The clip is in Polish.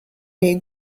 jej